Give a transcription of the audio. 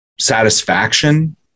satisfaction